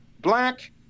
black